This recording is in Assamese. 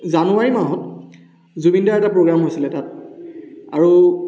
জানুৱাৰী মাহত জুবিন দাৰ এটা প্ৰ'গ্ৰেম হৈছিলে তাত আৰু